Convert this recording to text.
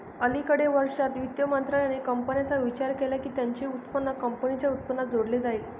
अलिकडे वर्षांत, वित्त मंत्रालयाने कंपन्यांचा विचार केला की त्यांचे उत्पन्न कंपनीच्या उत्पन्नात जोडले जाईल